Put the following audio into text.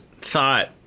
thought